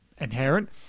inherent